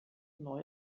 neu